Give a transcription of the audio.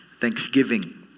Thanksgiving